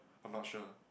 I'm not sure